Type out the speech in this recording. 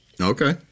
okay